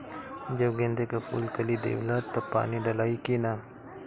जब गेंदे के फुल कली देवेला तब पानी डालाई कि न?